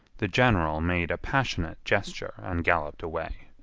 the general made a passionate gesture and galloped away.